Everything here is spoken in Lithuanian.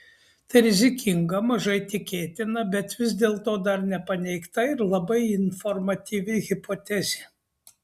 tai rizikinga mažai tikėtina bet vis dėlto dar nepaneigta ir labai informatyvi hipotezė